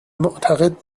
معتقد